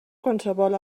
qualsevol